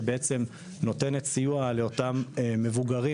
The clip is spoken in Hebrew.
שבעצם נותנת סיוע לאותם מבוגרים,